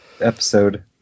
episode